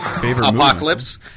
apocalypse